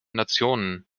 nationen